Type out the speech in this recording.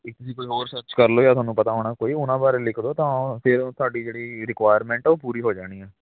ਇੱਕ ਤੁਸੀਂ ਕੋਈ ਹੋਰ ਸਰਚ ਕਰ ਲੋ ਜਾਂ ਤੁਹਾਨੂੰ ਪਤਾ ਹੋਣਾ ਕੋਈ ਉਹਨਾਂ ਬਾਰੇ ਲਿਖ ਦੋ ਤਾਂ ਫਿਰ ਉਹ ਤੁਹਾਡੀ ਜਿਹੜੀ ਰਿਕੁਾਇਰਮੈਂਟ ਆ ਉਹ ਪੂਰੀ ਹੋ ਜਾਣੀ ਹੈ